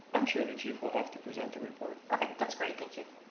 i'm sure the chief will have to present the report. okay, that's great, thank you.